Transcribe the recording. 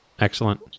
Excellent